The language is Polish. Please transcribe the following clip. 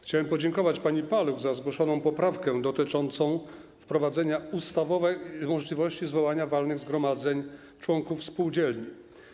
Chciałem podziękować pani Paluch za zgłoszoną poprawkę dotyczącą wprowadzenia ustawowej możliwości zwoływania walnych zgromadzeń członków spółdzielni.